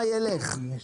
יש דיוני תקציב.